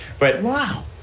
Wow